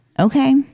Okay